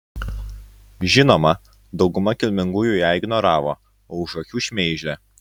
žinoma dauguma kilmingųjų ją ignoravo o už akių šmeižė